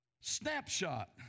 snapshot